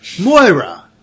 Moira